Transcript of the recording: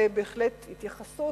ובהחלט יש להם התייחסות,